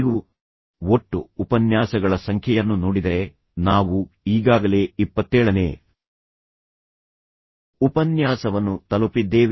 ನೀವು ಒಟ್ಟು ಉಪನ್ಯಾಸಗಳ ಸಂಖ್ಯೆಯನ್ನು ನೋಡಿದರೆ ನಾವು ಈಗಾಗಲೇ ಇಪ್ಪತ್ತೇಳನೇ ಉಪನ್ಯಾಸವನ್ನು ತಲುಪಿದ್ದೇವೆ